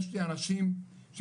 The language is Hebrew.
יש לי אנשים ישראל